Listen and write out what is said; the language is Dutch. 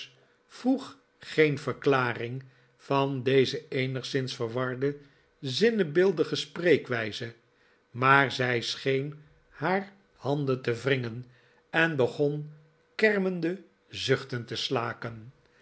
vroeg geen verklaring van deze eenigszins verwarde zinnebeeldige spreekwijze maar zij scheen haar handen te wringen en begon kermende zuchten te slaken